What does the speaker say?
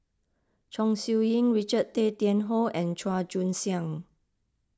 Chong Siew Ying Richard Tay Tian Hoe and Chua Joon Siang